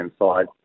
inside